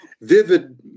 vivid